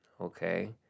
Okay